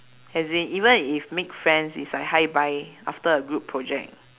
as in even if make friends it's like hi bye after a group project